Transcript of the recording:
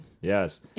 Yes